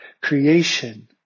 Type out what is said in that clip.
creation